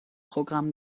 programm